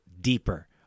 deeper